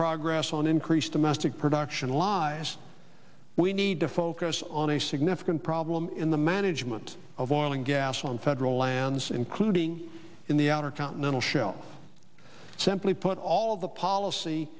progress on increased domestic production lies we need to focus on a significant problem in the management of oil and gas on federal lands including in the outer continental shelf simply put all the policy